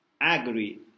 agree